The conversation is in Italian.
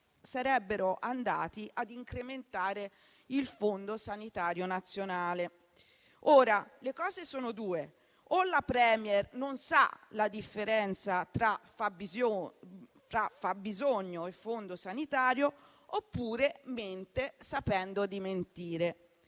sarebbero andati a incrementare il Fondo sanitario nazionale. Le cose sono due: o la *Premier* non sa la differenza tra fabbisogno e fondo sanitario, oppure mente sapendo di mentire.